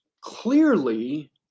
clearly